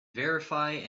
verify